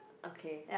okay